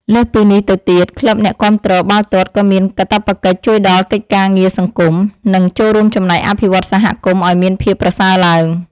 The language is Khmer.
លើសពីនេះទៅទៀតក្លឹបអ្នកគាំទ្របាល់ទាត់ក៏មានកាតព្វកិច្ចជួយដល់កិច្ចការងារសង្គម និង ចូលរួមចំណែកអភិវឌ្ឍសហគមន៍ឱ្យមានភាពប្រសើរឡើង។